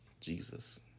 Jesus